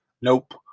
Nope